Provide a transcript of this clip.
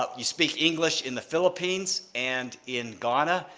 ah you speak english in the philippines and in ghana,